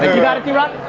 you got it, drock?